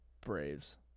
Braves